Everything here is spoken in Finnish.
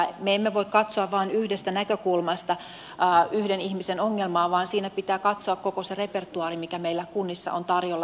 me emme voi katsoa vain yhdestä näkökulmasta yhden ihmisen ongelmaa vaan siinä pitää katsoa koko se repertoaari mikä meillä kunnissa on tarjolla